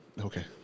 Okay